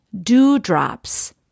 dewdrops